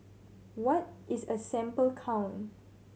what is a sample count